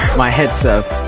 my head serve.